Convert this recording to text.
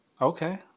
Okay